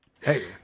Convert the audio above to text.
Hey